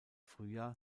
frühjahr